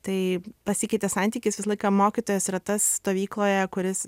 tai pasikeitė santykis visą laiką mokytojas yra tas stovykloje kuris